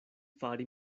fari